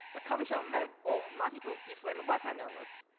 the coffee shop may own multiple, different wi-fi networks,